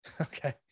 okay